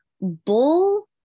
Bull